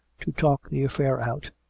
to talk the affair out,